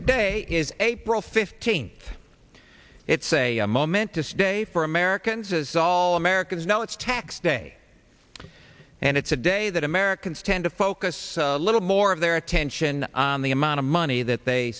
today is april fifteenth it's a momentous day for americans as all americans know it's tax day and it's a day that americans tend to focus a little more of their attention on the amount of money that they